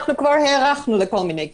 אנחנו כבר הארכנו לכל מיני קבוצות.